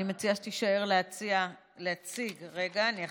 אני מציע שתישאר להציג, רגע, אני אכריז.